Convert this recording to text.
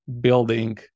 building